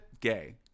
gay